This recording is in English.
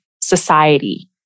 society